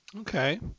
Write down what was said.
Okay